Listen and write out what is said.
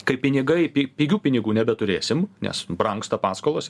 kai pinigai pi pinigų nebeturėsim nes brangsta paskolos